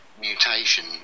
mutation